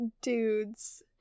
dudes